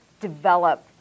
develop